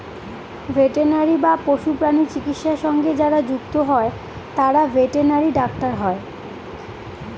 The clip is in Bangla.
ভেটেনারি বা পশুপ্রাণী চিকিৎসা সঙ্গে যারা যুক্ত হয় তারা ভেটেনারি ডাক্তার হয়